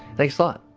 they thought.